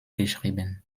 geschrieben